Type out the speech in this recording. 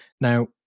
Now